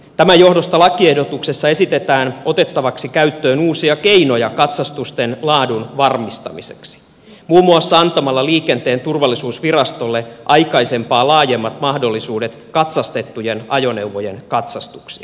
tämän johdosta lakiehdotuksessa esitetään otettavaksi käyttöön uusia keinoja katsastusten laadun varmistamiseksi muun muassa antamalla liikenteen turvallisuusvirastolle aikaisempaa laajemmat mahdollisuudet katsastettujen ajoneuvojen katsastuksiin